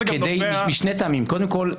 משני טעמים: קודם כול,